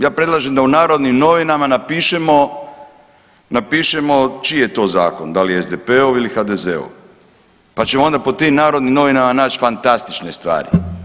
Ja predlažem da u Narodnim novinama napišemo, napišemo čiji je to zakon, da li SDP-ov ili HDZ-ov, pa ćemo onda po tim Narodnim novinama naći fantastične stvari.